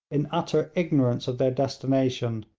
in utter ignorance of their destination,